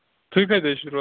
تُہۍ کَتہِ ٲسوٕ روزان